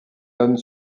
donne